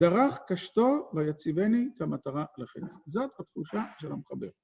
‫דרך קשתו ויציבני כמטרה לחץ. ‫זאת התחושה של המחבר.